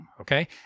Okay